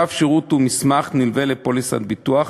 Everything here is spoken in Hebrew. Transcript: כתב שירות הוא מסמך נלווה לפוליסת ביטוח,